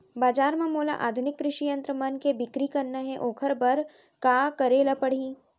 बजार म मोला आधुनिक कृषि यंत्र मन के बिक्री करना हे ओखर बर का करे ल पड़ही?